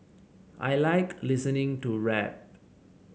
I like listening to rap